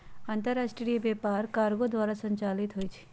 अंतरराष्ट्रीय व्यापार कार्गो द्वारा संचालित होइ छइ